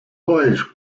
please